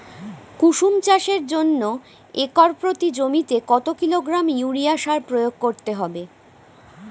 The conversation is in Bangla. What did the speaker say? কুসুম চাষের জন্য একর প্রতি জমিতে কত কিলোগ্রাম ইউরিয়া সার প্রয়োগ করতে হবে?